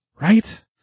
Right